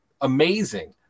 amazing